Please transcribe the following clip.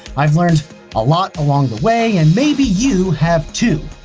i've learned a lot along the way, and maybe you have, too.